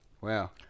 Wow